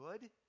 good